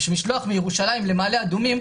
משלוח מירושלים למעלה אדומים,